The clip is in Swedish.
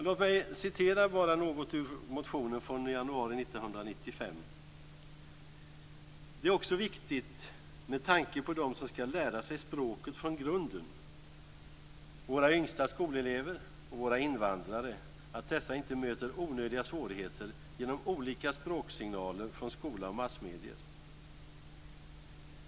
Låt mig läsa något ur motionen från januari 1995: Det är också viktigt med tanke på dem som ska lära sig språket från grunden, våra yngsta skolelever och våra invandrare, att dessa inte möter onödiga svårigheter genom olika språksignaler från skola och massmedier.